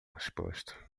resposta